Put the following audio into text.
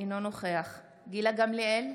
אינו נוכח גילה גמליאל,